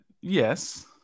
Yes